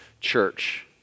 church